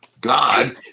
God